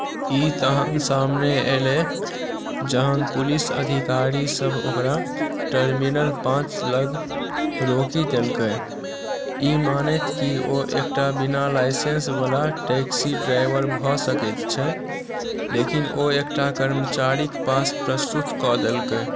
ई तहन सामने एलै जहन पुलिस अधिकारीसभ ओकरा टर्मिनल पाँच लग रोकि देलकै ई मानैत कि ओ एकटा बिना लाइसेंसवला टैक्सी ड्राइवर भऽ सकैत छै लेकिन ओ एकटा कर्मचारीक पास प्रस्तुत कऽ देलकै